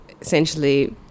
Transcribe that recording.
essentially